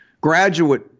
graduate